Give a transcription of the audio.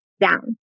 down